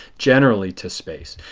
generally to space.